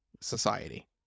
society